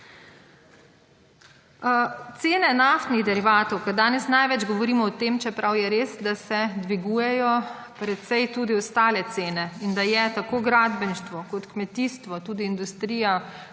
Cene naftnih derivatov, ker danes največ govorimo o tem, čeprav je res, da se dvigujejo precej tudi ostale cene, gradbeništvo, kmetijstvo in tudi industrija,